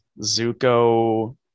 Zuko